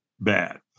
bad